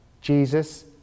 Jesus